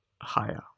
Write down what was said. higher